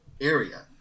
area